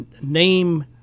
name